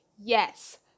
Yes